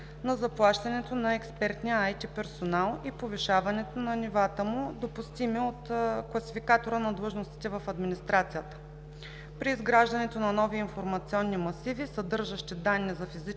на заплащането на експертния IT персонал и повишаването на нивата му, допустими от Класификатора на длъжностите в администрацията; при изграждането на нови информационни масиви, съдържащи данни за физически